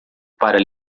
para